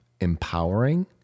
empowering